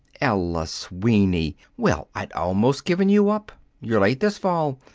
ella sweeney! well, i'd almost given you up. you're late this fall.